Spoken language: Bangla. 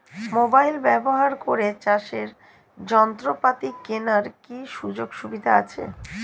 মোবাইল ব্যবহার করে চাষের যন্ত্রপাতি কেনার কি সুযোগ সুবিধা আছে?